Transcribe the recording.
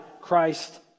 Christ